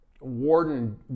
Warden